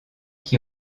qui